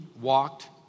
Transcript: walked